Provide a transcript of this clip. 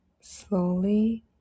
Slowly